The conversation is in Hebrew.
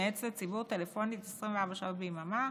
המייעץ לציבור טלפונית 24 שעות ביממה